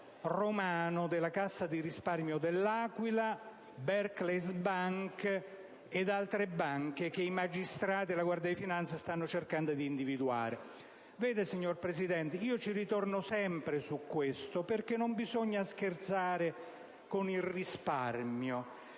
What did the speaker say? romano della Cassa di Risparmio della Provincia dell'Aquila, la Barclays Bank e altre banche che i magistrati e la Guardia di finanza stanno cercando di individuare. Vede, signor Presidente, ritorno sempre su questo argomento perché non bisogna scherzare con il risparmio,